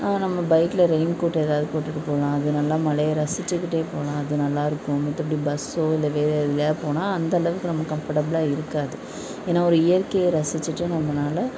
நம்ம பைக்ல raincoat ஏதாவது போட்டுட்டு போகலாம் அது நல்லா மழைய ரசிச்சுக்கிட்டே போகலாம் அது நல்லாயிருக்கும் மத்தபடி பஸ்ஸோ இல்லை வேற எதிலையாது போனால் அந்தளவுக்கு நமக்கு கம்ஃபர்ட்டபிளாக இருக்காது ஏன்னா ஒரு இயற்கையே ரசிச்சிட்டு நம்மளால